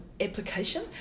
application